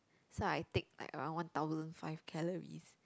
so I take like around one thousand five calories